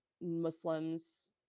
Muslims